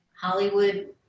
Hollywood